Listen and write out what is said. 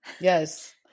Yes